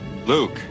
Luke